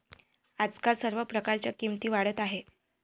आजकाल सर्व प्रकारच्या किमती वाढत आहेत